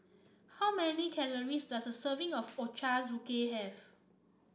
how many calories does serving of Ochazuke have